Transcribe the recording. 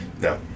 No